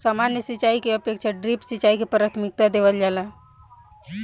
सामान्य सिंचाई के अपेक्षा ड्रिप सिंचाई के प्राथमिकता देवल जाला